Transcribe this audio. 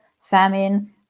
famine